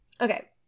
Okay